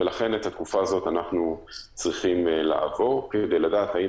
ולכן את התקופה הזו אנחנו צריכים לעבור כדי לדעת האם